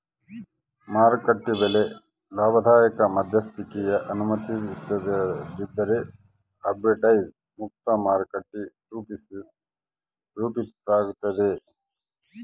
ಮಾರುಕಟ್ಟೆ ಬೆಲೆ ಲಾಭದಾಯಕ ಮಧ್ಯಸ್ಥಿಕಿಗೆ ಅನುಮತಿಸದಿದ್ದರೆ ಆರ್ಬಿಟ್ರೇಜ್ ಮುಕ್ತ ಮಾರುಕಟ್ಟೆ ರೂಪಿತಾಗ್ತದ